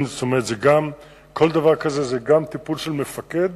כל דבר כזה, גם טיפול של מפקד,